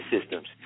systems